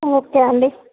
okay అండి